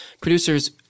Producers